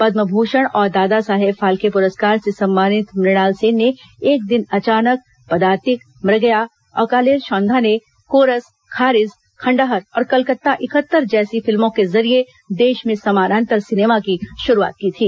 पद्मभूषण और दादासाहेब फाल्के पुरस्कार से सम्मानित मृणाल सेन ने एक दिन अचानक पदातिक मृगया अकालेर संधाने कोरस खारिज खंडहर और कलकत्ता इकहत्तर जैसी फिल्मों के जरिए देश में समानान्तर सिनेमा की शुरूआत की थी